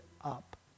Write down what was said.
up